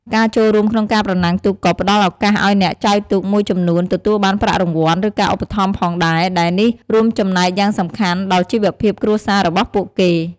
ការចូលរួមក្នុងការប្រណាំងទូកក៏ផ្ដល់ឱកាសឱ្យអ្នកចែវទូកមួយចំនួនទទួលបានប្រាក់រង្វាន់ ឬការឧបត្ថម្ភផងដែរ ដែលនេះរួមចំណែកយ៉ាងសំខាន់ដល់ជីវភាពគ្រួសាររបស់ពួកគេ។